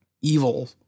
evil